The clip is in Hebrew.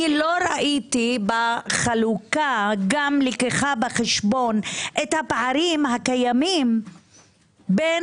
לא ראיתי בחלוקה לקיחה בחשבון את הפערים הקיימים בין